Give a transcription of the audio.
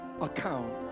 account